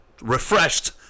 refreshed